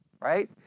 Right